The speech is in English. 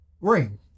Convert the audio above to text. Ring